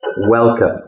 welcome